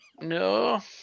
No